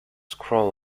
scroll